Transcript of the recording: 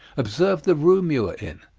observe the room you are in,